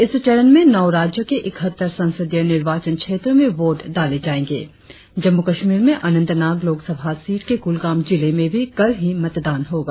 इस चरण में नौ राज्यों के ईकहत्तर संसदीय निर्वाचन क्षेत्रों में वोट डाले जाएंगे जम्मू कश्मीर में अनंतनांग लोकसभा सीट के कुलगाम जिले में भी कल ही मतदान होगा